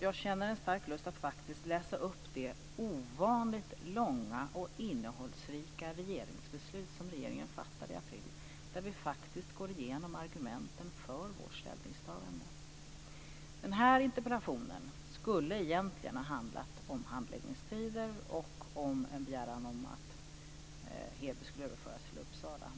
Jag känner en stark lust att läsa upp det ovanligt långa och innehållsrika regeringsbeslut som regeringen fattade i april, där vi faktiskt går igenom argumenten för vårt ställningstagande. Den här interpellationsdebatten skulle egentligen ha handlat om handläggningstider och om en begäran att Heby skulle överföras till Uppsala.